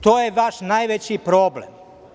To je vaš najveći problem.